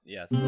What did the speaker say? Yes